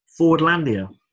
Fordlandia